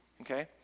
Okay